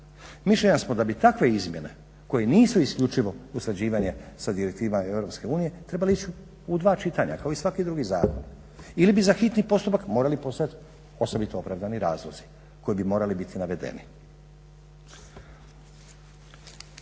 Mišljenja smo da bi takve izmjene koje nisu isključivo usklađivanje sa direktivama EU trebale ići u dva čitanja kao i svaki drugi zakon. Ili bi za hitni postupak morali postojati osobito opravdani razlozi koji bi morali biti navedeni.